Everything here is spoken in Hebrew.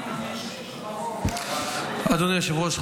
אדוני היושב-ראש,